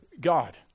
God